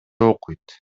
окуйт